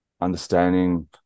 understanding